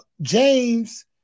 James